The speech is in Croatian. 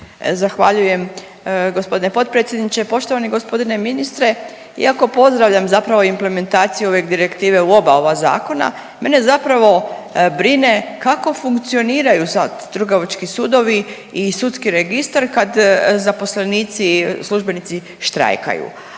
Zahvaljujem g. potpredsjedniče. Poštovani g. ministre, iako pozdravljam zapravo implementaciju ove direktive u oba ova zakona mene zapravo brine kako funkcioniraju sad trgovački sudovi i sudski registar kad zaposlenici i službenici štrajkaju?